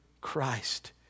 Christ